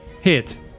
Hit